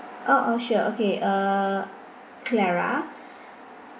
orh oh sure okay uh clara